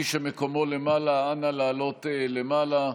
מי שמקומו למעלה, אנא, לעלות למעלה.